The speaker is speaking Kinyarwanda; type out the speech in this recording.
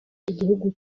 igihugu